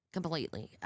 completely